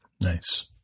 Nice